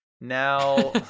now